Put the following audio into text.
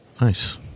nice